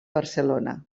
barcelona